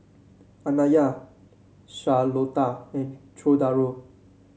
Anaya Charlotta and Cordaro